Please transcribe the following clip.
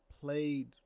played